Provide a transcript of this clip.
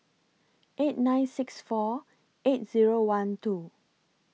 eight nine six four eight Zero one two